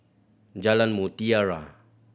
Jalan Mutiara